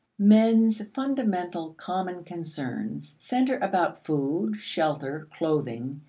men's fundamental common concerns center about food, shelter, clothing,